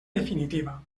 definitiva